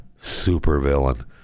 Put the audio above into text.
supervillain